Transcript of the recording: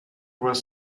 was